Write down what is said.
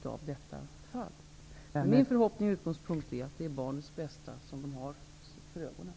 Det är min förhoppning och utgångspunkt att det är barnets bästa som man har för ögonen.